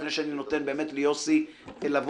לפני שאני נותן באמת ליוסי לבוא,